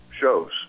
shows